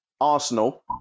Arsenal